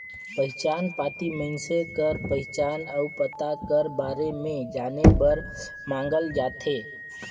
पहिचान पाती मइनसे कर पहिचान अउ पता कर बारे में जाने बर मांगल जाथे